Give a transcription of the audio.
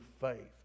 faith